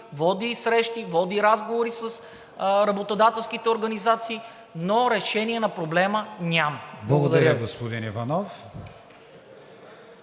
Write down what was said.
води срещи, води разговори с работодателските организации, но решение на проблема няма. Благодаря.